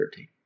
13